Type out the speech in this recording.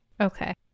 Okay